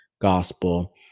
gospel